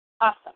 Awesome